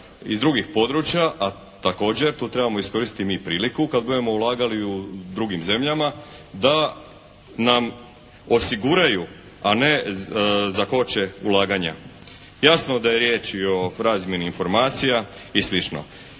iz drugih područja, a također tu trebamo iskoristiti mi priliku kada budemo ulagali u drugim zemljama, da nam osiguraju a ne zakoče ulaganja. Jasno da je riječ i o razmjeni informacija i sl.